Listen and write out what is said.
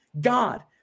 God